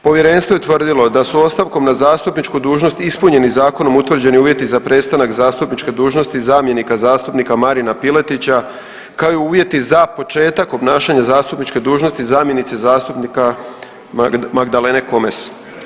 Povjerenstvo je utvrdilo da su ostavkom na zastupničku dužnost ispunjeni zakonom utvrđeni uvjeti za prestanak zastupničke dužnosti zamjenika zastupnika Marina Piletića kao i uvjeti za početak obnašanja zastupničke dužnosti zamjenice zastupnika Magdalene Komes.